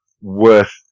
worth